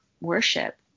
worship